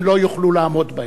הם לא יוכלו לעמוד בהם.